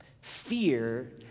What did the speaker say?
Fear